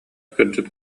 кырдьык